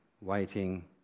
waiting